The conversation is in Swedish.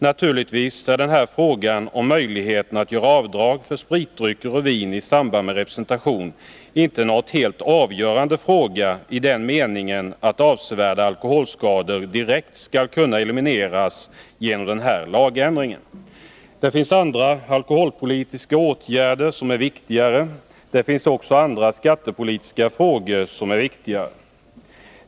Naturligtvis är den här frågan, om möjligheterna att göra avdrag för spritdrycker och vin i samband med representation, inte någon helt avgörande fråga, i den meningen att avsevärda alkoholskador direkt skall kunna elimineras genom den här lagändringen. Det finns andra alkoholpolitiska åtgärder som är viktigare. Det finns också andra skattepolitiska frågor som är viktigare.